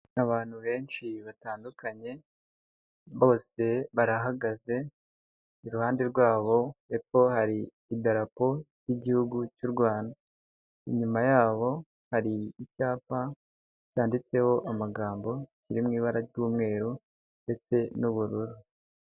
Abantu benshi batandukanye bose barahagaze, iruhande rwabo epfo hari idarapo y'gihugu cy'u Rwanda inyuma yabo hari icyapa cyanditseho amagambo kiriho ibara ry'umweru ndetse n'ubururu.